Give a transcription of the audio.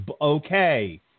Okay